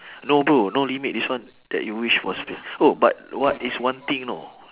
no bro no limit this one that you wish must be oh but what is one thing you know